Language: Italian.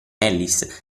ellis